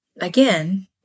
again